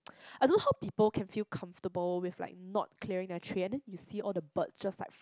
I don't know how people can feel comfortable with like not clearing their tray and then you see all the bird just like